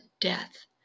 death